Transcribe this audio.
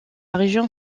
région